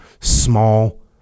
small